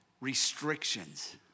restrictions